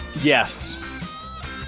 Yes